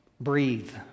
Breathe